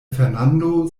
fernando